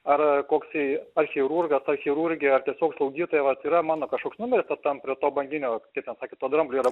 ar koksai ar chirurgas ar chirurgė ar tiesiog slaugytoja vat yra mano kažkoks numeris tas tam prie to banginio kaip ten sakėt to dramblio yra